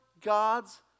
God's